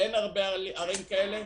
אין הרבה ערים כאלה.